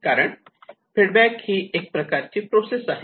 कारण फीडबॅक ही एक प्रकारची प्रोसेस आहे